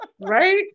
Right